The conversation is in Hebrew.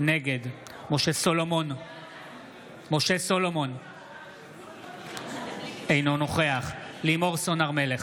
נגד משה סולומון אינו נוכח לימור סון הר מלך,